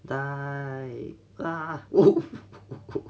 die die